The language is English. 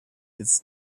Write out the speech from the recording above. its